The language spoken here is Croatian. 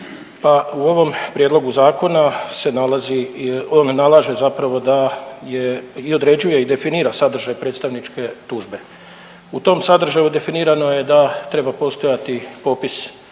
pa u ovom prijedlogu zakona se nalazi, nalaže zapravo da je i određuje i definira sadržaj predstavničke tužbe. U tom sadržaju definirano je da treba postojati popis